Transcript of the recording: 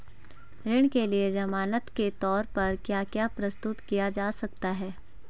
ऋण के लिए ज़मानात के तोर पर क्या क्या प्रस्तुत किया जा सकता है?